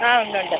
ആ ഉണ്ട് ഉണ്ട്